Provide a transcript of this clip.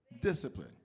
Discipline